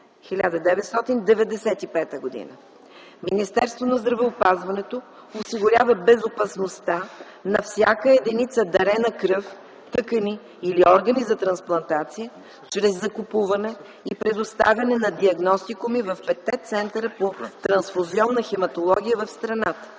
1995 г. Министерството на здравеопазването осигурява безопасността на всяка единица дарена кръв, тъкани или органи за трансплантация чрез закупуване и предоставяне на диагностикуми в петте центъра по трансфузионна хематология в страната.